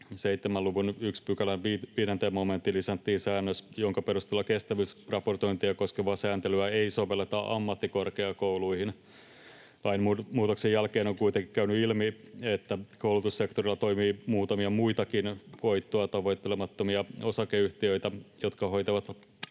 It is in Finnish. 7 luvun 1 §:n 5 momenttiin lisättiin säännös, jonka perusteella kestävyysraportointia koskevaa sääntelyä ei sovelleta ammattikorkeakouluihin. Lainmuutoksen jälkeen on kuitenkin käynyt ilmi, että koulutussektorilla toimii muutamia muitakin voittoa tavoittelemattomia osakeyhtiöitä, jotka hoitavat